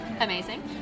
amazing